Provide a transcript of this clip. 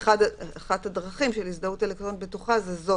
אחת הדרכים של הזדהות אלקטרונית בטוחה היא זו,